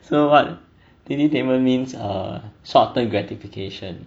so what tititainment means err short term gratification